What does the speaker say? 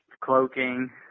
cloaking